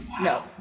No